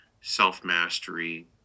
self-mastery